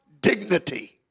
dignity